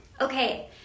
okay